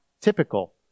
typical